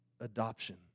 adoption